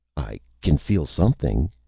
i can feel something,